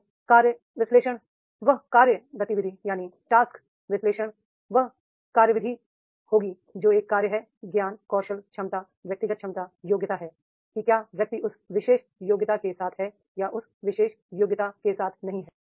और task analysis वह कार्य गतिविधि होगी जो एक कार्य है ज्ञान कौशल क्षमता व्यक्तिगत क्षमता योग्यता है कि क्या व्यक्ति उस विशेष योग्यता के साथ है या उस विशेष योग्यता के साथ नहीं है